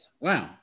wow